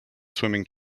swimming